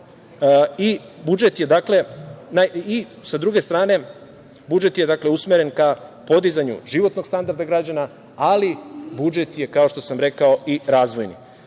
i, sa druge strane, budžet je usmeren ka podizanju životnog standarda građana, ali budžet je, kao što sam rekao i razvojni. Slažemo